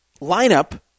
lineup